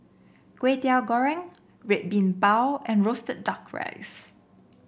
Kway Teow Goreng Red Bean Bao and roasted duck rice